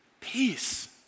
Peace